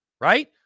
right